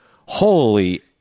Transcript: holy